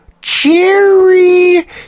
cherry